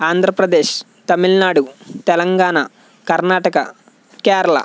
Andhra Pradesh Tamil Nadu Telangana Karnataka Kerala